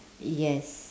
yes